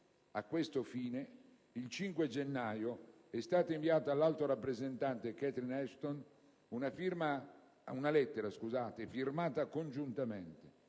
A questo fine, il 5 gennaio è stata inviata all'alto rappresentante Catherine Ashton una lettera firmata congiuntamente